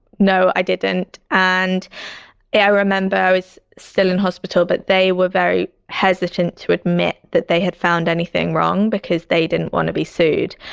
i didn't. and i remember i was still in hospital, but they were very hesitant to admit that they had found anything wrong because they didn't want to be sued.